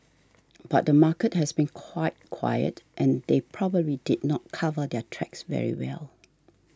but the market has been quite quiet and they probably did not cover their tracks very well